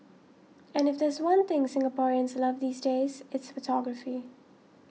and if there's one thing Singaporeans love these days it's photography